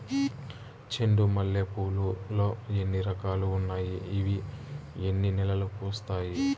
చెండు మల్లె పూలు లో ఎన్ని రకాలు ఉన్నాయి ఇవి ఎన్ని నెలలు పూస్తాయి